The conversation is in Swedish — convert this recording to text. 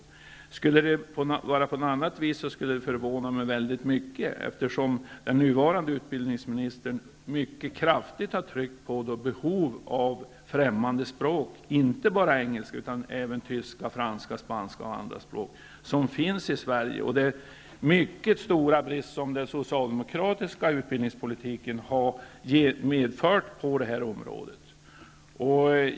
Om det skulle vara på annat sätt skulle det förvåna mig mycket, eftersom den nuvarande utbildningsministern mycket kraftigt har tryckt på det behov av främmande språk -- inte bara engelska utan också tyska, franska spanska och andra språk -- som finns i Sverige, och den mycket stora brist som den socialdemokratiska utbildningspolitiken har medfört på det här området.